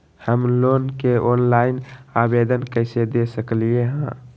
हम लोन के ऑनलाइन आवेदन कईसे दे सकलई ह?